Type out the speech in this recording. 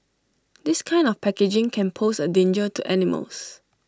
this kind of packaging can pose A danger to animals